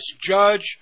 Judge